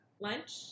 Lunch